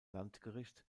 landgericht